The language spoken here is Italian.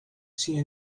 sia